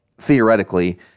theoretically